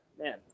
man